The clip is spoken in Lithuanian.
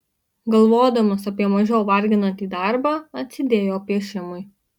galvodamas apie mažiau varginantį darbą atsidėjo piešimui